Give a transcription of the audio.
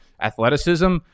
athleticism